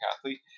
athlete